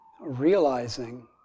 realizing